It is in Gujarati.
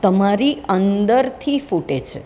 તમારી અંદરથી ફૂટે છે